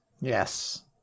Yes